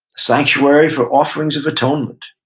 sanctuary for offerings of atonement.